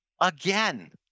again